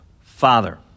Father